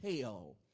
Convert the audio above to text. hell